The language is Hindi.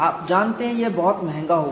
आप जानते हैं यह बहुत महंगा होगा